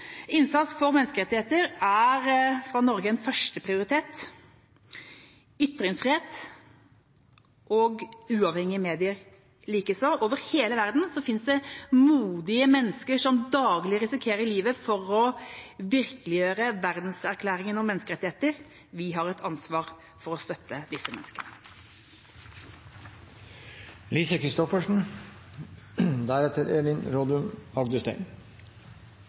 Innsats for menneskerettigheter er for Norge en førsteprioritet – ytringsfrihet og uavhengige medier likeså. Over hele verden finnes det modige mennesker som daglig risikerer livet for å virkeliggjøre verdenserklæringen om menneskerettigheter. Vi har et ansvar for å støtte disse